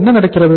என்ன நடக்கிறது